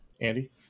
Andy